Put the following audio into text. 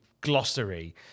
glossary